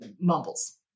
mumbles